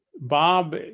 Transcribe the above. Bob